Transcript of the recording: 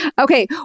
Okay